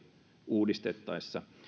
uudistettaessa